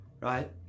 right